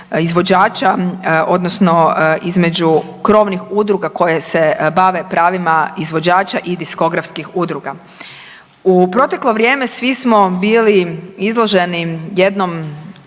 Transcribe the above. izvođača odnosno između krovnih udruga koja se bave pravima izvođača i diskografskih udruga. U proteklo vrijeme svi smo bili izloženi jednom